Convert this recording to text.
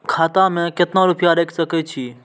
खाता में केतना रूपया रैख सके छी?